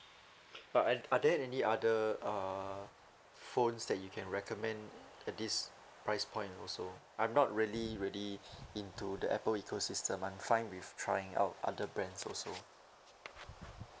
but are th~ are there any other uh phones that you can recommend at this price point also I'm not really really into the apple ecosystem I'm fine with trying out other brands also